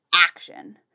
action